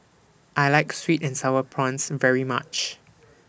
I like Sweet and Sour Prawns very much